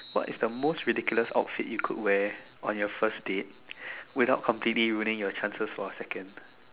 what is the most ridiculous outfit you could wear on your first date without completely ruining your chances for a second